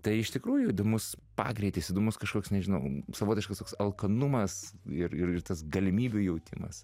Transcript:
tai iš tikrųjų įdomus pagreitis įdomus kažkoks nežinau savotiškas toks alkanumas ir ir tas galimybių jautimas